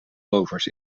rovers